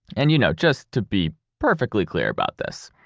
and you know, just to be perfectly clear about this,